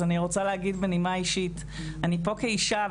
אז אני רוצה להגיד בנימה אישית אני פה כאישה,